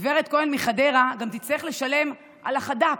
הגב' כהן מחדרה גם תצטרך לשלם על החד"פ,